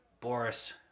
boris